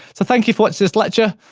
so, thank you for watching this lecture,